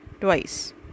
twice